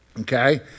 Okay